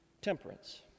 temperance